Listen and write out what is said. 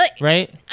right